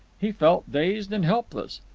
he felt dazed and helpless.